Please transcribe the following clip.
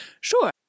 Sure